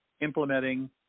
implementing